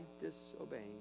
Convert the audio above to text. disobeying